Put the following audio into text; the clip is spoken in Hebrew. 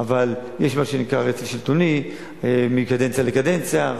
אבל יש מה שנקרא רצף שלטוני מקדנציה לקדנציה,